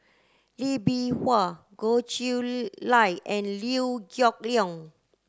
Lee Bee Wah Goh Chiew Lye and Liew Geok Leong